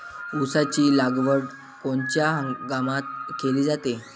ऊसाची लागवड कोनच्या हंगामात केली जाते?